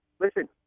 Listen